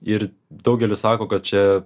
ir daugelis sako kad čia